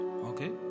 Okay